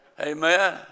Amen